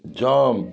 jump